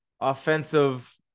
offensive